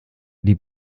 die